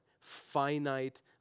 finite